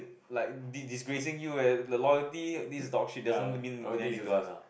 like disgracing you the loyalty this dog shit doesn't mean anything to us